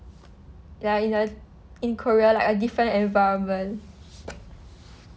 ya in a in korea like a different environment